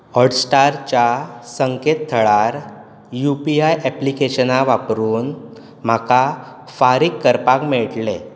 हॉटस्टारच्या संकेतथळार U P I ऍप्लिकेशनां वापरून म्हाका फारीक करपाक मेळटलें